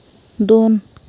ᱰᱟᱹᱱ